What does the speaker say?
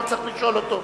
לא צריך לשאול אותו,